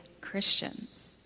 Christians